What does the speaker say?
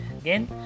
again